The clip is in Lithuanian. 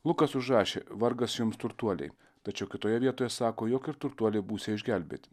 lukas užrašė vargas jums turtuoliai tačiau kitoje vietoje sako jog ir turtuoliai būsią išgelbėti